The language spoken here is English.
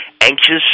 anxious